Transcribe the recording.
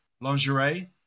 lingerie